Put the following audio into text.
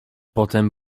potem